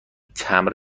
تمبر